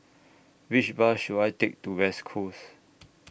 Which Bus should I Take to West Coast